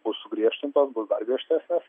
bus sugriežtintos bus dar griežtesnės